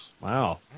Wow